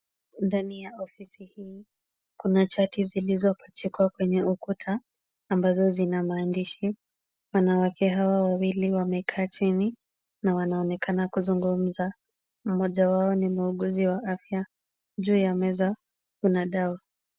Ndani ya ofisi hii, kuna chati zilizopachikwa kwenye ukuta ambazo zina maandishi. Wanawake hawa wawili wamekaa chini na wanaonekana kuzungumza. Mmoja wao ni muuguzi wa afya. Juu ya meza kuna dawa.